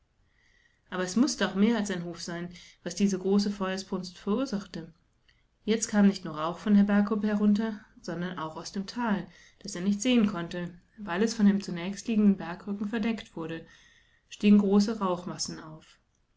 aber es mußte auch mehr als ein hof sein was diese große feuersbrunst verursachte jetztkamnichtnurrauchvonderbergkuppeherunter sondern auch aus dem tal das er nicht sehen konnte weil es von dem zunächstliegenden bergrücken verdeckt wurde stiegen große rauchmassen auf